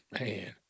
Man